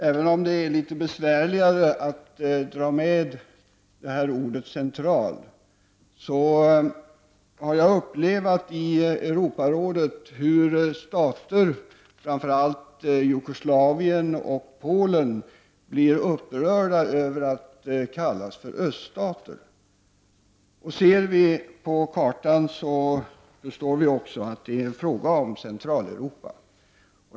Även om det är litet besvärligare att ta med ordet Central, har jag upplevt i Europarådet hur stater, framför allt Jugoslavien och Polen, blir upprörda över att kallas för öststater. Ser vi på kartan, förstår vi också att det är fråga om Centraleuropa.